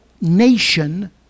nation